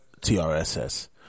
TRSS